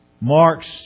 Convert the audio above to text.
Mark's